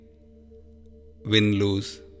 win-lose